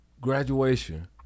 graduation